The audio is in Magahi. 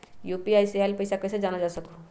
यू.पी.आई से आईल पैसा कईसे जानल जा सकहु?